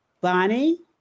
Bonnie